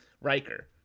Riker